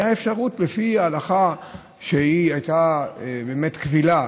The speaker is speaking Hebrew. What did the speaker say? הייתה אפשרות לפי הלכה שהיא הייתה באמת קבילה